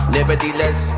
Nevertheless